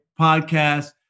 podcast